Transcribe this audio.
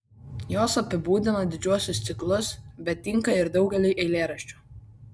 jos apibūdina didžiuosius ciklus bet tinka ir daugeliui eilėraščių